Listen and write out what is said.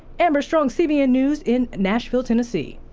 amber strong, cbn news in nashville, tennessee.